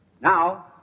Now